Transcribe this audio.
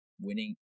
winning